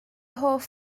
hoff